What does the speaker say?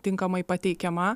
tinkamai pateikiama